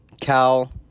Cal